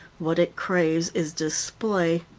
what it craves is display.